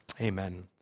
Amen